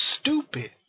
stupid